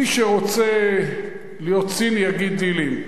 מי שרוצה להיות ציני יגיד: דילים.